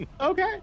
Okay